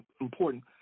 important